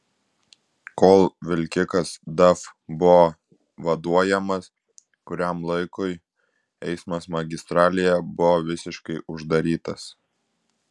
kol vilkikas daf buvo vaduojamas kuriam laikui eismas magistralėje buvo visiškai uždarytas